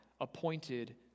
appointed